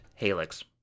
Halix